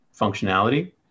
functionality